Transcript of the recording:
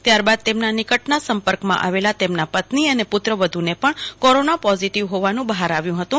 ત્યારબાદ તેમના નિકટના સપર્કમાં આવેલા તેમના પત્ની અને પત્રવધુને પણ કોરોના પોઝીટીવ હોવાનું બહાર આવ્યું હતું